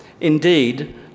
Indeed